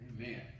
Amen